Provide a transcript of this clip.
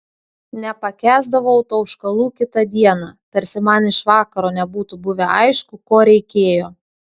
nepakęsdavau tauškalų kitą dieną tarsi man iš vakaro nebūtų buvę aišku ko reikėjo